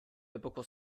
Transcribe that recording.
biblical